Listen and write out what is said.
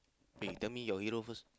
eh tell me your hero first